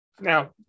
Now